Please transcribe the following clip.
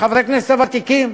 וחברי הכנסת הוותיקים.